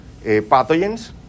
pathogens